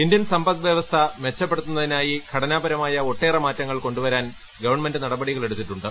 Indian സമ്പദ്വ്യവസ്ഥ മെച്ചപ്പെടുത്തുന്ന തിനായി ഘടനാപരമായ ഒട്ടേറെ മാറ്റങ്ങൾ കൊണ്ടുവരാൻ ഗവൺമെൻറ് നടപടികൾ എടുത്തിട്ടുണ്ട്